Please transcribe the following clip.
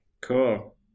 cool